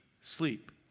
sleep